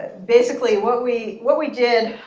basically what we what we did,